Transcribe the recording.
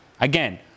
again